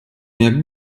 jak